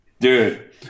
dude